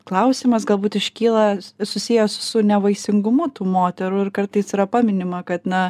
klausimas galbūt iškyla susijęs su nevaisingumu tų moterų ir kartais yra paminima kad na